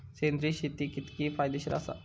सेंद्रिय शेती कितकी फायदेशीर आसा?